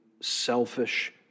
selfish